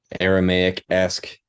aramaic-esque